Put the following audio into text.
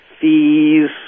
fees